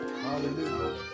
Hallelujah